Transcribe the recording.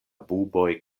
buboj